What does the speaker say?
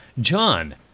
john